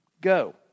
go